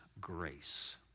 grace